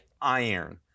iron